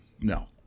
No